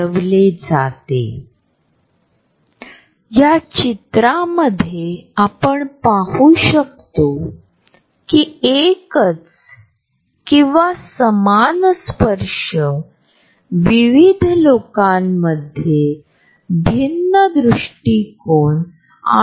उदाहरणार्थ जेव्हा आपण ट्रेनमध्ये प्रवास करत असतो बसमध्ये किंवा इतर कोणत्याही ऑटोमोबाईलमध्ये ज्यांना आपण ओळखत नाही अशा लोकांना आपल्याबरोबर तेच स्थान सामायिक करावे लागते